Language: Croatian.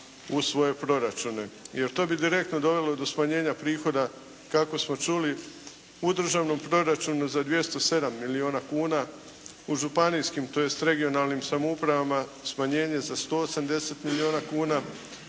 u svoje proračune. Jer to bi direktno dovelo do smanjenja prihoda kako smo čuli u državnom proračunu za 207 milijuna kuna, u županijskim, tj. regionalnim samoupravama smanjenje za 180 milijuna kuna,